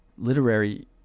Literary